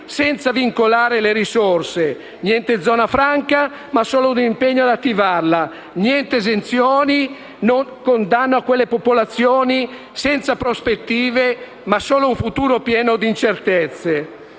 senza vincolare le risorse. Niente zona franca, ma solo un impegno ad attivarla. Niente esenzioni, con danno a quelle popolazioni senza prospettive, ma solo con un futuro pieno di incertezze.